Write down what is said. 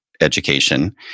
education